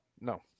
No